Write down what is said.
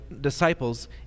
disciples